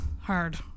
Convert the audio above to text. hard